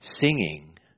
Singing